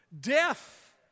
Death